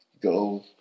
Go